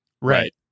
right